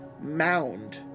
mound